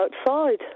outside